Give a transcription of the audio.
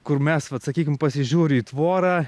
kur mes vat sakykim pasižiūri į tvorą